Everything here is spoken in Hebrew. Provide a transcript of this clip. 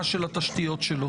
למעט הסתייגות 8 שהיא פסולה.